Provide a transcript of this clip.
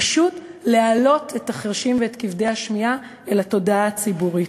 פשוט להעלות את החירשים ואת כבדי השמיעה אל התודעה הציבורית.